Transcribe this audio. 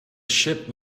ship